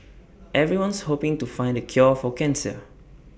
everyone's hoping to find the cure for cancer